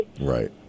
Right